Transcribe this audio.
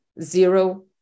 zero